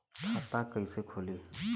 खाता कईसे खुली?